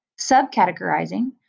subcategorizing